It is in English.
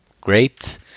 great